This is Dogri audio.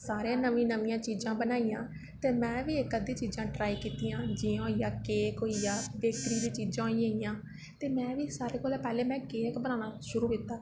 सारें नमियां नमियां चीजां बनाइयां ते में बी इक अद्धी चीजां ट्राई कीतियां जियां केक होई गेआ बेकरी दी चीजां होई गेइयां ते में बी सारें कोला पैह्लें केक बनाना शुरू कीता